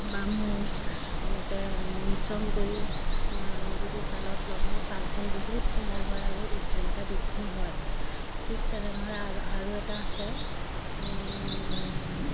বামু এনেকে মিশ্ৰণ কৰি আমি যদি ছালত লগাও ছালখন বহুত কোমল হয় আৰু উজ্জ্বলতা বৃদ্ধি হয় ঠিক তেনেধৰণে আৰু আৰু এটা আছে